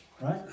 right